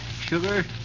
sugar